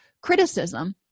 criticism